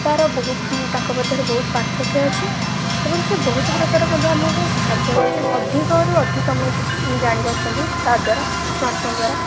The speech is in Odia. ତା'ର ବହୁତ୍ ତାଙ୍କ ମଧ୍ୟରେ ବହୁତ ପାର୍ଥକ୍ୟ ଅଛି ଏବଂ ସେ ବହୁତ ପ୍ରକାର ମଧ୍ୟ ଆମକୁ ସାହାଯ୍ୟ କରୁଛି ଅଧିକରୁ ଅଧିକ ଆମେ ଜାଣିପାରୁଛନ୍ତି ତା'ଦ୍ଵାରା ସ୍ମାର୍ଟଫୋନ୍ ଦ୍ଵାରା